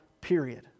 period